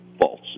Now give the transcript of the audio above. false